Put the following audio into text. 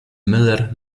müller